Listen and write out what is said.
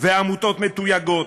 ועמותות מתויגות,